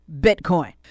Bitcoin